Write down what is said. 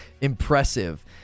Impressive